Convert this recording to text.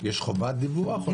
יש חובת דיווח?